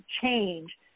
change